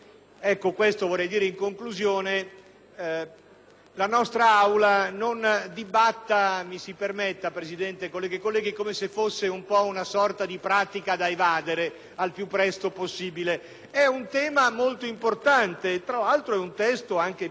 la nostra Aula non dibatta, mi si permetta, signor Presidente, colleghe e colleghi, come se fosse una sorta di pratica da evadere il più presto possibile. È un tema molto importante e tra l'altro è un testo pieno di questioni rilevanti che